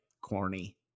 corny